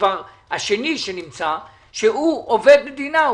כבר השני שהוא עובד מדינה.